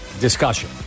discussion